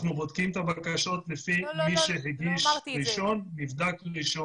אנחנו בודקים את הבקשות לפי מי שהגיש ראשון נבדק ראשון.